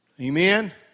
Amen